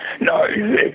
No